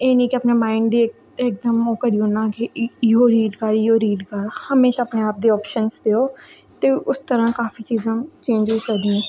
एह् निं कि अपने माइंड गी इक दम ओह् करी ओड़ना कि इ'यो रीड कर इ'यो रीड कर हमेशा अपने आप दी आप्शन्स देओ ते उस त'रा काफी चीजां चेंज होई सकदियां